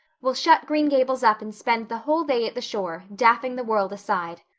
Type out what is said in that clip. we'll shut green gables up and spend the whole day at the shore, daffing the world aside.